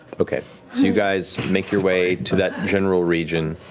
okay, so you guys make your way to that general region.